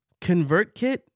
ConvertKit